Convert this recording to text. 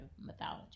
mythology